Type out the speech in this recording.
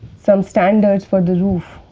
some standards for the roof.